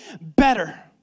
better